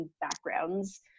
backgrounds